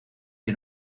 que